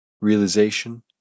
realization